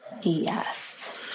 Yes